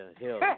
hell